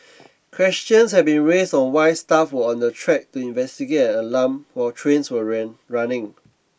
questions have been raised on why staff were on the track to investigate an alarm while trains were ran running